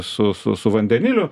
su su su vandeniliu